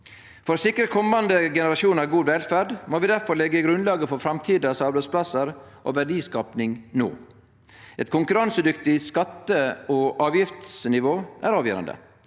For å sikre komande generasjonar god velferd må vi difor leggje grunnlaget for framtidas arbeidsplassar og verdiskaping no. Eit konkurransedyktig skatte- og avgiftsnivå er avgjerande.